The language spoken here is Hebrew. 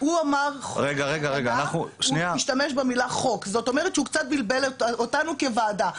הוא השתמש במילה חוק, וזה קצת בלבל אותנו בוועדה.